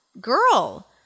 girl